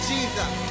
Jesus